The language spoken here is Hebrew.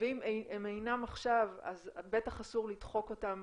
אם הם אינם עכשיו, אז בטח אסור לדחוק אותם